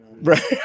Right